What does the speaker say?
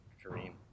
dream